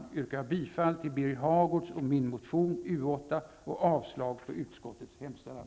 Jag yrkar bifall till Birger Hagårds och min motion nr 1991/92:U8 och avslag på utskottets hemställan.